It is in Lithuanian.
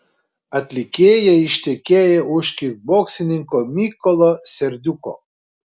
atlikėja ištekėjo už kikboksininko mykolo serdiuko